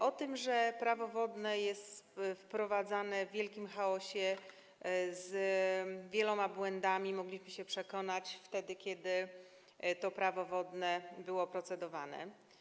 O tym, że Prawo wodne jest wprowadzane w wielkim chaosie, z wieloma błędami, mogliśmy się przekonać wtedy, kiedy to Prawo wodne było procedowane.